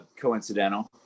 coincidental